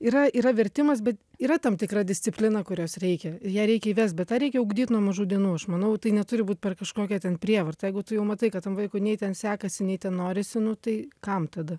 yra yra vertimas bet yra tam tikra disciplina kurios reikia ją reikia įvest bet tą reikia ugdyt nuo mažų dienų aš manau tai neturi būt per kažkokią ten prievartą jeigu tu jau matai kad tam vaikui nei ten sekasi nei ten norisi nu tai kam tada